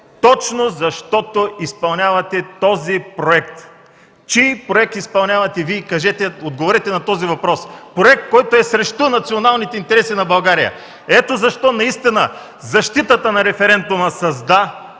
точно защото изпълнявате този проект. Чий проект изпълнявате Вие? Отговорете на този въпрос. Проект, който е срещу националните интереси на България. Ето защо наистина защитата на референдума с „да”